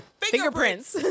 Fingerprints